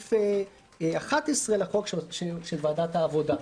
סעיף 11 לחוק, הן של ועדת העבודה.